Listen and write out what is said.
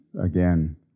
again